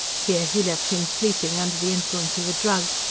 here he left him sleeping under the influence of a drug,